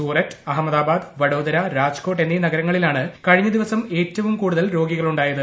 സൂററ്റ് അഹമ്മദാബാദ് വഡോദര രാജ്കോട്ട് എന്നീ നഗരങ്ങളിലാണ് കഴിഞ്ഞ ദിവസം ഏറ്റവും കൂടുതൽ രോഗികളുണ്ടായത്